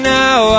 now